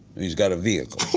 he's got a vehicle.